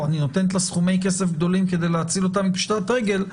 אני נותנת לה סכומי כסף גדולים כדי להציל אותה מפשיטת רגל.